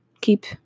keep